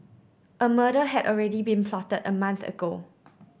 a murder had already been plotted a month ago